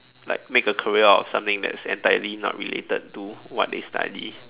like make a career out of something that entirely not related to what they study